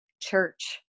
church